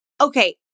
Okay